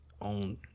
on